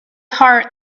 heart